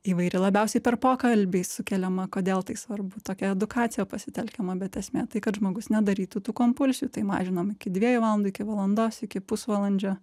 įvairi labiausiai per pokalbį sukeliama kodėl tai svarbu tokia edukacija pasitelkiama bet esmė tai kad žmogus nedarytų tų kompulsijų tai mažinam iki dviejų valandų iki valandos iki pusvalandžio